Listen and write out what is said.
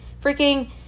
freaking